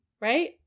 right